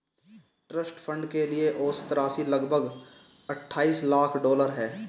trust fund के लिए औसत राशि लगभग अट्ठाईस लाख डॉलर है